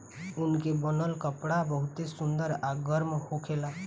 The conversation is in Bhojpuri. ऊन के बनल कपड़ा बहुते सुंदर आ गरम होखेला